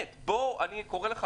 אני קורא לך,